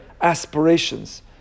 aspirations